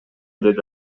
деди